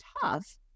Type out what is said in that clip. tough